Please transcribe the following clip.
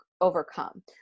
overcome